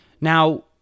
Now